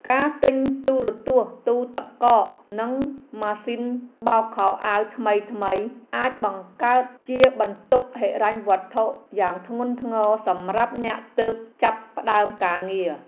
ការទិញទូរទស្សន៍ទូទឹកកកនិងម៉ាស៊ីនបោកខោអាវថ្មីៗអាចបង្កើតជាបន្ទុកហិរញ្ញវត្ថុយ៉ាងធ្ងន់ធ្ងរសម្រាប់អ្នកទើបចាប់ផ្ដើមការងារ។